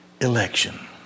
election